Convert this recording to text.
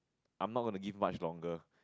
I am not gonna to give much longer